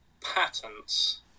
patents